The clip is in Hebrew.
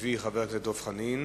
שהביא חבר הכנסת דב חנין.